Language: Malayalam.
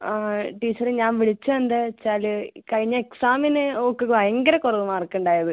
ആ ടീച്ചറെ ഞാൻ വിളിച്ചത് എന്താ വെച്ചാൽ കഴിഞ്ഞ എക്സാമിന് ഓക്ക് ഭയങ്കര കുറവ് മാർക്ക് ഉണ്ടായത്